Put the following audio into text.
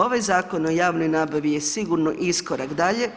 Ovaj Zakon o javnoj nabavi je sigurno iskorak dalje.